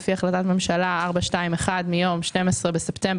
לפי החלטת ממשלה מס' 421 מיום 12 בספטמבר